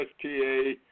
USTA